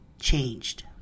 changed